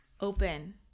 Open